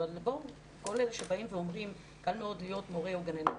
אבל כל אלה שבאים ואומרים שקל מאוד להיות מורה או גננת,